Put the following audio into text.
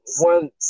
one